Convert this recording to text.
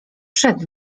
przed